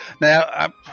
Now